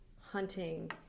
hunting